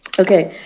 ok.